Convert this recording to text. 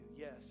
Yes